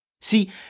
See